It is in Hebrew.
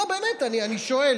לא, באמת, אני שואל.